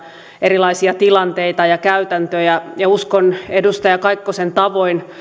erilaisia tilanteita ja käytäntöjä ja ja uskon edustaja kaikkosen tavoin